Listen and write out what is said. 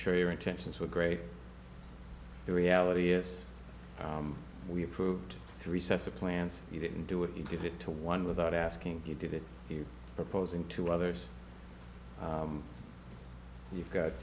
sure your intentions were great the reality is we approved three sets of plans you didn't do it you give it to one without asking you did it you proposing to others you've got